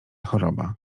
choroba